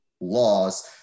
laws